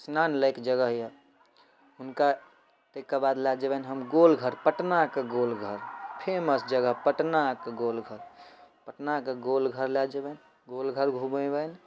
स्नान लाइक जगह अइ हुनका ताहिके बाद लऽ जेबनि हम गोलघर पटनाके गोलघर फेमस जगह पटनाके गोलघर पटनाके गोलघर लऽ जेबनि गोलघर घुमेबनि